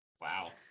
Wow